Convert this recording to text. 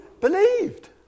believed